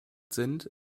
sind